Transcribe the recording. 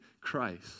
christ